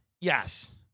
Yes